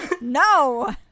No